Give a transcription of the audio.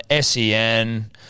SEN